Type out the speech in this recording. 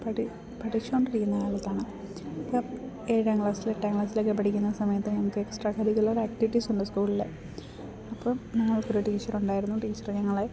പഠിച്ചുകൊണ്ടിരിക്കുന്ന കാലത്താണ് അപ്പം ഏഴാം ക്ലാസ്സില് എട്ടാം ക്ലാസിലൊക്കെ പഠിക്കുന്ന സമയത്ത് ഞങ്ങൾക്ക് എക്സ്ട്രാ കരിക്കുലർ ആക്ടിവിറ്റീസ് ഉണ്ട് സ്കൂളില് അപ്പം ഞങ്ങൾക്കൊരു ടീച്ചറുണ്ടായിരുന്നു ടീച്ചറ് ഞങ്ങളെ